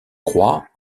croix